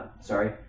sorry